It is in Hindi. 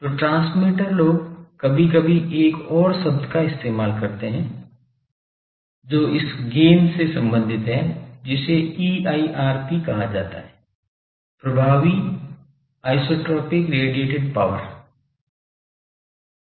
तो ट्रांसमीटर लोग कभी कभी एक और शब्द का उपयोग करते हैं जो इस गैन से संबंधित है जिसे EIRP कहा जाता है प्रभावी आइसोट्रॉपिक रेडिएटेड पावर EIRP